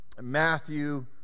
Matthew